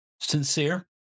sincere